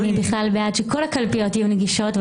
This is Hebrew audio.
אני בכלל בעד שכל הקלפיות יהיו נגישות,